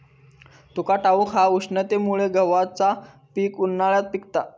तुका ठाऊक हा, उष्णतेमुळे गव्हाचा पीक उन्हाळ्यात पिकता